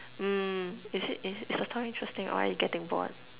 mm is it is it is the story interesting or are you getting bored